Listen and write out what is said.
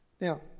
Now